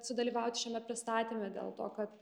sudalyvaut šiame pristatyme dėl to kad